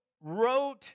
wrote